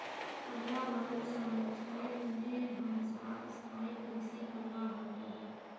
पर्यावन संरक्षनेर तने हमसाक स्थायी कृषि करवा ह तोक